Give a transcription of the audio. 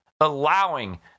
allowing